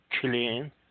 clean